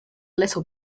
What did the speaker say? little